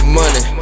money